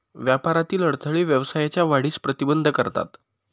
व्यापारातील अडथळे व्यवसायाच्या वाढीस प्रतिबंध करतात